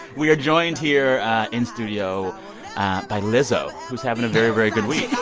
we are joined here in studio by lizzo, who's having a very, very good week i